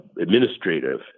administrative